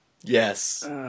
Yes